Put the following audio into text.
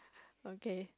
okay